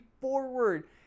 forward